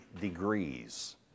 degrees